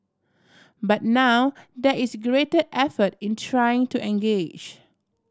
but now there is greater effort in trying to engage